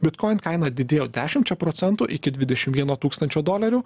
bitkoin kaina didėjo dešimčia procentų iki dvidešim vieno tūkstančio dolerių